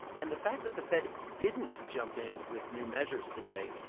and the fact that the fed didn't jump in with new measures today,